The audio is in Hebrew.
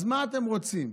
אז מה אתם רוצים?